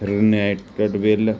renewal